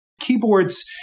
Keyboards